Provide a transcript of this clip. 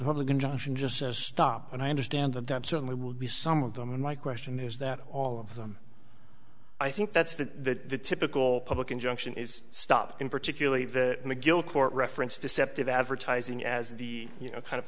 just stop and i understand that that certainly will be some of them and my question is that all of them i think that's the typical public injunction is stopped in particularly the mcgill court referenced deceptive advertising as the you know kind of